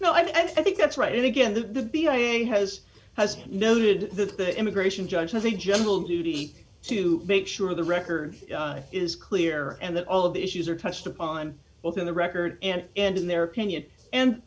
no i think that's right and again the b i and has has noted that the immigration judge i think general duty to make sure the record is clear and that all of the issues are touched upon both in the record and and in their opinion and